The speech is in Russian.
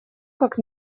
как